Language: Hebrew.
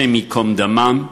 השם ייקום דמם,